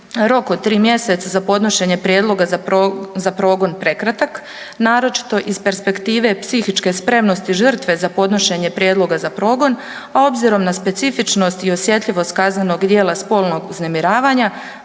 rok od tri mjeseca za podnošenje prijedloga za progon prekratak, naročito iz perspektive psihičke spremnosti žrtve za podnošenje prijedloga za progon, a obzirom na specifičnost i osjetljivost kaznenog djela spolnog uznemiravanja